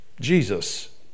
jesus